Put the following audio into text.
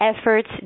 Efforts